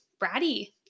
bratty